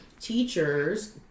teachers